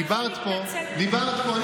דיברת פה.